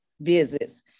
visits